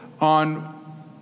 on